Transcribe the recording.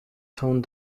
tone